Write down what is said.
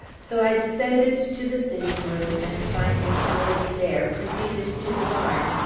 so i descended to the sitting-room, and finding nobody there, proceeded to the barn,